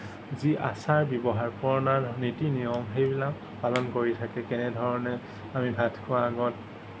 যি আচাৰ ব্যৱহাৰ পুৰণা নীতি নিয়ম সেইবিলাক পালন কৰি থাকে কেনেধৰণে আমি ভাত খোৱাৰ আগত